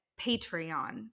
Patreon